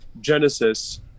Genesis